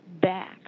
back